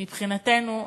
מבחינתנו,